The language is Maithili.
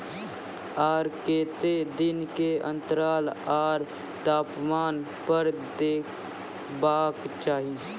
आर केते दिन के अन्तराल आर तापमान पर देबाक चाही?